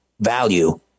value